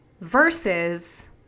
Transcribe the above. versus